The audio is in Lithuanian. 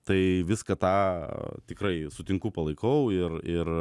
tai viską tą tikrai sutinku palaikau ir ir